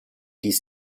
dies